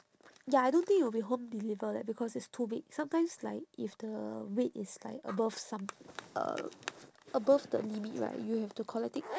ya I don't think it will be home deliver leh because it's too big sometimes like if the weight is like above some uh above the limit right you have to collect it